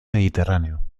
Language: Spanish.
mediterráneo